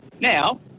Now